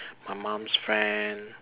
my mom's friend